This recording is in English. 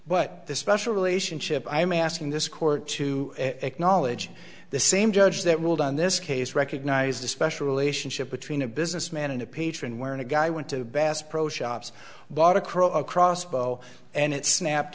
but the special relationship i'm asking this court to acknowledge the same judge that ruled on this case recognized a special relationship between a businessman and a patron wherein a guy went to bass pro shops bought a crow a crossbow and it snapped